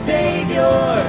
Savior